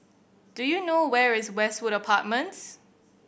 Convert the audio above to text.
do you know where is Westwood Apartments